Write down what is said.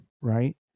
right